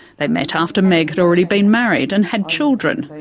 they met after meg had already been married and had children,